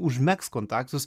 užmegzt kontaktus